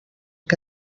que